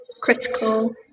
critical